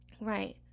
Right